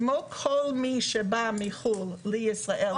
כמו כל מי שבא לחו"ל לישראל,